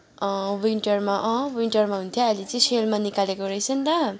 अँ विन्टरमा अँ विन्टरमा हुन्थ्यो अहिले चाहिँ सेलमा निकालेको रहेछ नि त